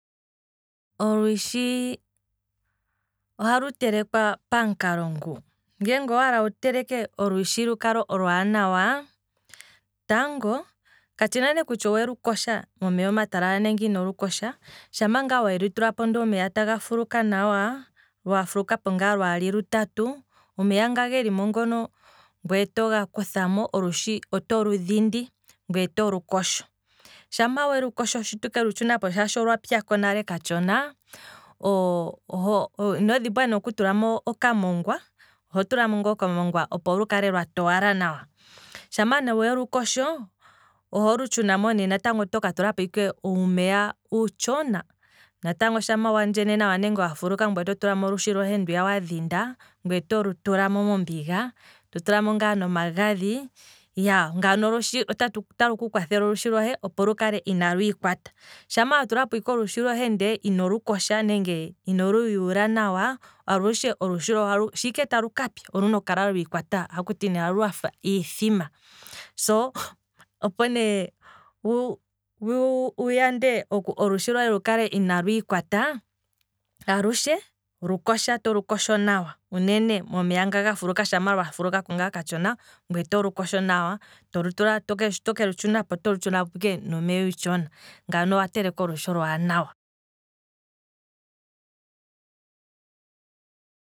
Olwishi ohalu telekwa pamukalo ngu, ngeenge owaala wu teleke olushi lukale olwaanawa, tango katshina nee kutya owelu kosha momeya omatalala nenge ino lukosha, shaa welu tulapo ndele omeya taga fuluka, gafulukapo ngaa lwaali lutatu, omeya ngono otoga kuthamo, olushi oto lu dhindi ngweye otolu kosho, shama welu kosho shi tokelu tshunapo shaashi olwapyako nale katshona, ino dhimbwa ne oku tulamo okamongwa, oho tulamo ngaa okamongwa opo lukale lwa towala nawa, shama ne welukosho, oholu tshunapo ne toka tulamo ike uumeya uutshona, natango shama gandjene nawa nenge gafuluka ngiya ngweye oto tulamo olushi lohe ndwiya wadhinda ngweye otolu tula mombiga, to tulamo ngaa nomagadhi, ngano tatshi kukwathele opo olushi lohe lukale ina lwiikwata, shama wa tulapo olushi lohe ndele inolu kosha nenge ino luyuula nawa, alushe olushi lohe shi ike talu kapya, oluna okukala lwiikwata nenge haku ti lwafa iithima, so, opo ne wu yande olushi lohe lukale ina lwiikwata, alushe lukosha tolu kosho nawa, uunene momeya nga gafuluka ngweye otolu kosho nawa, shi tokelu tshunapo. otokelu tshunapo ike nuumeya uutshona, ngano owa teleka olushi olwaanawa.